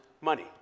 money